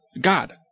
God